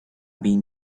been